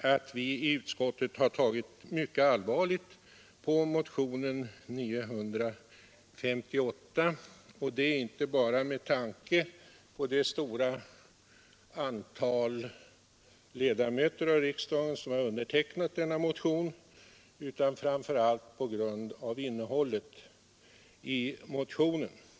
att vi i utskottet har tagit mycket allvarligt på motionen 958, och det har vi inte bara gjort med tanke på det stora antal ledamöter av riksdagen som undertecknat motionen utan framför allt på grund av innehållet i motionen.